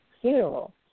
funeral